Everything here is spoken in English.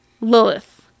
Lilith